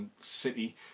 City